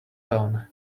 town